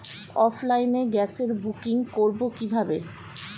অফলাইনে গ্যাসের বুকিং করব কিভাবে?